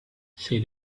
said